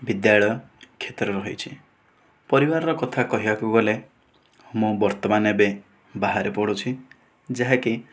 ବିଦ୍ୟାଳୟ କ୍ଷେତ୍ରରେ ରହିଛି ପରିବାରର କଥା କହିବାକୁ ଗଲେ ମୁଁ ବର୍ତ୍ତମାନ ଏବେ ବାହାରେ ପଢୁଛି ଯାହାକି